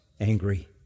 angry